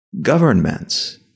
Governments